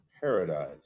paradise